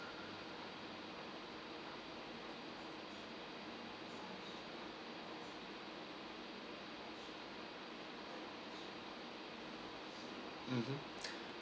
mmhmm